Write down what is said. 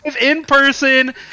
in-person